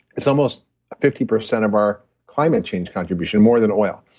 it's almost fifty percent of our climate change contribution, more than oil.